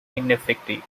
ineffective